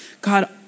God